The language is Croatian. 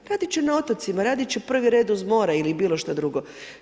Radit će na otocima, radit će prvi red uz more ili bilo šta drugo.